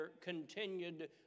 continued